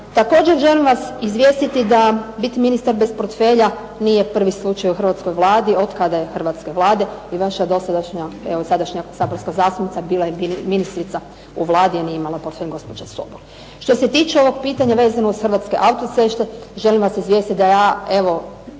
Također želim vas izvijestiti da biti ministar bez portfelja nije prvi slučaj u hrvatskoj Vladi od kada je hrvatske Vlade. I vaša dosadašnja, evo sadašnja saborska zastupnica, bila je ministrica u Vladi i nije imala portfelj, gospođa Sobol. Što se tiče ovog pitanja vezano uz Hrvatske autoceste, želim vas izvijestiti da ja evo